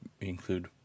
include